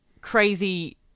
crazy